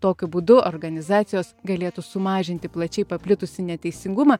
tokiu būdu organizacijos galėtų sumažinti plačiai paplitusį neteisingumą